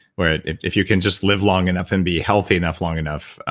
where if you can just live long enough and be healthy enough long enough,